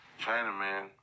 Chinaman